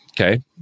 Okay